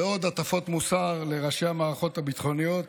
ועוד הטפות מוסר לראשי המערכות הביטחוניות,